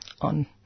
on